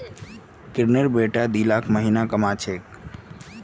किरनेर बेटा दी लाख महीना कमा छेक